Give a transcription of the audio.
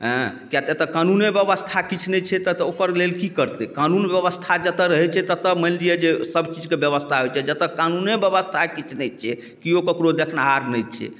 अएँ किएक एतऽ कानूने बेबस्था किछु नहि छै ततऽ ओकर लेल कि करतै कानून बेबस्था जतऽ रहै छै ततऽ मानि लिअऽ जे सब चीजके बेबस्था होइ छै जतऽ कानूने बेबस्था किछु नहि छै केओ ककरो देखनहार नहि छै